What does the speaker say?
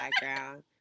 background